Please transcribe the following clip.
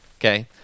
Okay